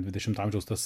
dvidešimto amžiaus tas